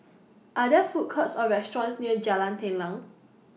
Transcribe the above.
Are There Food Courts Or restaurants near Jalan Telang